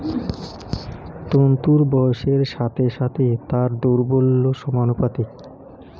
তন্তুর বয়সের সাথে সাথে তার দৌর্বল্য সমানুপাতিক